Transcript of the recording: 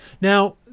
Now